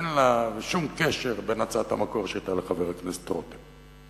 אין לה שום קשר בין הצעת המקור שהיתה לחבר הכנסת רותם.